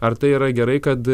ar tai yra gerai kad